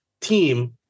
team